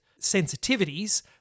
sensitivities